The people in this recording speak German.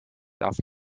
darf